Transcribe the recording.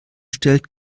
stellt